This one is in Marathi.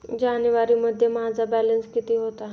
जानेवारीमध्ये माझा बॅलन्स किती होता?